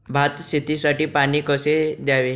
भात शेतीसाठी पाणी कसे द्यावे?